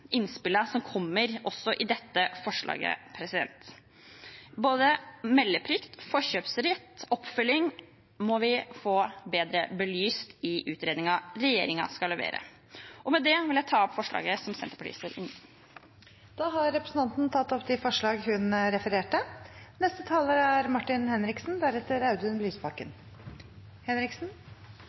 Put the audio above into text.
som kommer, også i forbindelse med dette forslaget. Både meldeplikt, forkjøpsrett og oppfølging må vi få bedre belyst i utredningen regjeringen skal levere. Og med det vil jeg ta opp de forslagene som Senterpartiet står som medforslagsstiller til. Representanten Marit Knutsdatter Strand har tatt opp de forslagene hun refererte til. Arbeiderpartiets ambisjon er